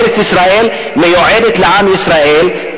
ארץ-ישראל מיועדת לעם ישראל,